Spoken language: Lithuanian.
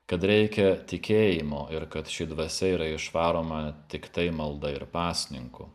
kad reikia tikėjimo ir kad ši dvasia yra išvaroma tiktai malda ir pasninku